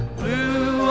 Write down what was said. blue